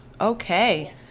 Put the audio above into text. Okay